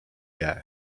jää